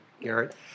Garrett